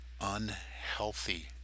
unhealthy